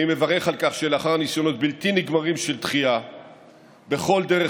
אני מברך על כל כך שלאחר ניסיונות בלתי נגמרים של דחייה בכל דרך